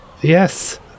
Yes